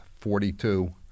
Forty-two